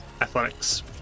Athletics